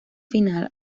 final